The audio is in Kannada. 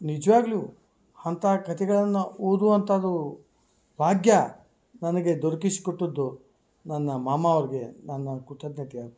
ನಿಜ್ವಾಗಲೂ ಅಂತಾ ಕತೆಗಳನ್ನ ಓದುವಂಥದು ಭಾಗ್ಯ ನನಗೆ ದೊರ್ಕಿಸ್ಕೊಟ್ಟದ್ದು ನನ್ನ ಮಾಮ ಅವ್ರ್ಗೆ ನನ್ನ ಕೃತಜ್ಞತೆ ಅರ್ಪಿಸ್ತೇನೆ